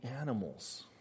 animals